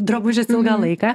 drabužis ilgą laiką